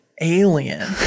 alien